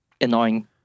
annoying